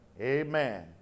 Amen